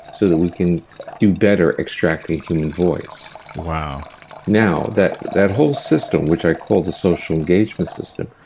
so that we can do better extracting human voice wow now, that that whole system, which i call the social engagement system,